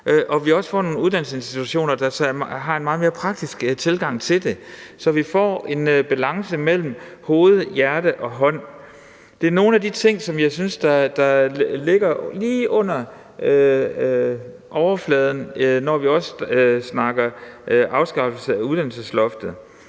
også have nogle uddannelsesinstitutioner, der har en meget mere praktisk tilgang til det, så vi får en balance mellem hoved, hjerte og hånd. Det er nogle af de ting, som jeg synes ligger lige under overfladen, når vi snakker afskaffelse af uddannelsesloftet.